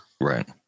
right